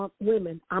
women